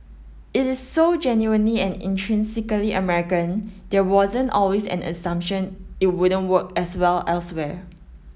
it is so genuinely and intrinsically American there wasn't always an assumption it wouldn't work as well elsewhere